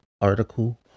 article